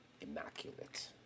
Immaculate